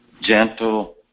Gentle